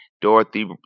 Dorothy